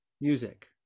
music